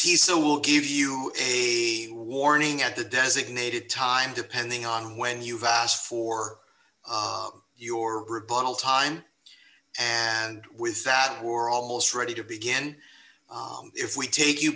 y so will give you a warning at the designated time depending on when you've asked for your rebuttal time and with that or almost ready to begin if we take you